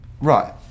right